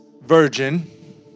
virgin